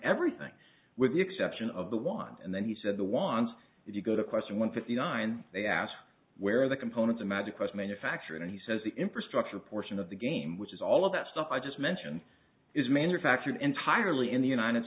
everything with the exception of the wand and then he said the want if you go to question one fifty nine they ask where the components are magic was manufactured and he says the infrastructure portion of the game which is all of that stuff i just mentioned is manufactured entirely in the united